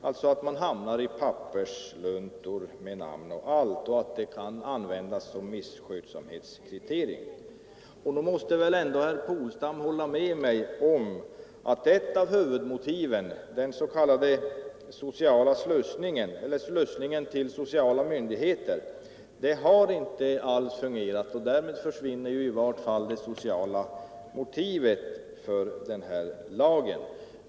Den omhändertagne hamnar alltså i pappersluntorna med namn och allt, vilket kan användas som ett misskötsamhetskriterium Herr Polstam måste väl hålla med om att den s.k. slussningen till sociala myndigheter inte alls har fungerat, och därmed försvinner ett av huvudmotiven för lagen.